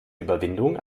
überwindung